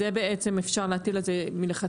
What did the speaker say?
על זה אפשר להטיל מלכתחילה,